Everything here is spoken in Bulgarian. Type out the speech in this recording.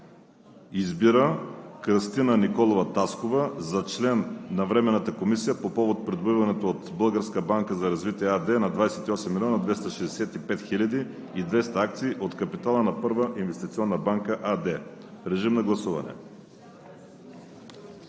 Избира Кръстина Николова Таскова за член на Временната комисия по повод прехвърлянето от „Българска банка за развитие“ АД на 28 млн. 265 хил. 200 акции от капитала на „Първа инвестиционна банка“ АД.“ Режим на гласуване.